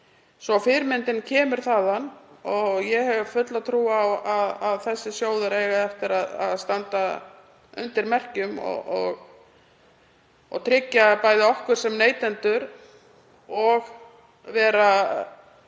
Fyrirmyndin kemur þaðan. Ég hef fulla trú á að þessi sjóður eigi eftir að standa undir merkjum, tryggja okkur sem neytendur og vera